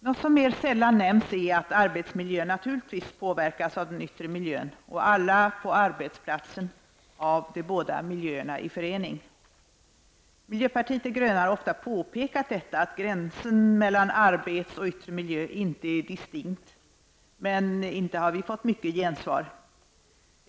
Något som mera sällan nämns är att arbetsmiljön naturligtvis påverkas av den yttre miljön och att alla på arbetsplatsen påverkas av de båda miljöerna i förening. Miljöpartiet de gröna har ofta påpekat att gränsen mellan arbetsmiljö och yttre miljö inte är distinkt, men vi har inte fått mycket gensvar.